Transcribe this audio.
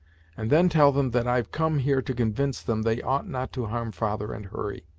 and then tell them that i've come here to convince them they ought not to harm father and hurry,